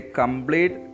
complete